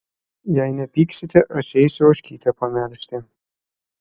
jei nepyksite aš eisiu ožkytę pamelžti